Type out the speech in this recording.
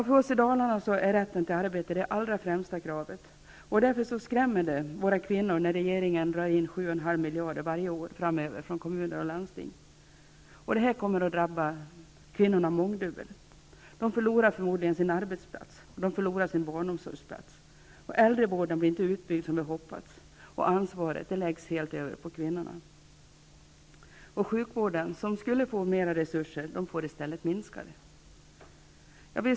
För oss i Dalarna är rätten till arbete det allra främsta kravet. Därför skrämmer det våra kvinnor när regeringen drar in 7,5 miljarder kronor varje år framöver från kommunerna. Detta kommer att drabba kvinnorna mångdubbelt. De förlorar förmodligen sina arbeten och sina barnomsorgsplatser. Äldrevården kommer inte att byggas ut så som vi har hoppats, och ansvaret läggs helt över på kvinnorna. Sjukvården, som skulle få ökade resurser, får i stället vidkännas en minskning.